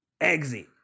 Exit